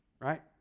Right